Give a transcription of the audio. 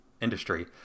industry